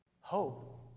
Hope